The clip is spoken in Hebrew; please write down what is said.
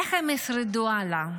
איך הם ישרדו הלאה?